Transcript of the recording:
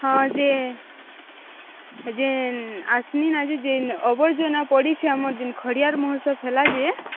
ହଁ ଯେ ହେ ଯେନ୍ ଆସିନ୍ ଆଜି ଯେନ୍ ଅବର୍ଜନା ପଡ଼ିଛେ ଆମର୍ ଯିନ୍ ଖଡ଼ିଆଳ ମହୋତ୍ସବ ହେଲା ଯେ